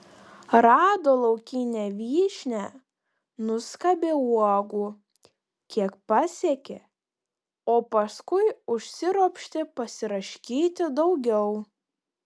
rado laukinę vyšnią nuskabė uogų kiek pasiekė o paskui užsiropštė pasiraškyti daugiau